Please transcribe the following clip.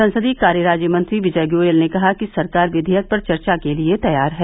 संसदीय कार्य राज्यमंत्री विजय गोयल ने कहा कि सरकार विधेयक पर चर्चा के लिए तैयार है